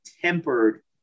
tempered